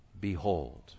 Behold